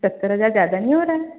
सत्तर हजार ज़्यादा नहीं हो रहा